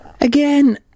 Again